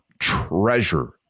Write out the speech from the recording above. treasure